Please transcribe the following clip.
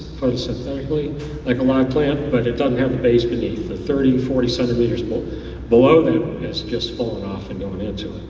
photosynthetically like a lot of plants, but it doesn't have a base beneath. the thirty forty centimeters below below has just fallen off and gone into